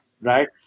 right